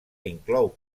inclou